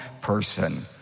person